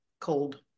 cold